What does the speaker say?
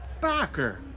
Backer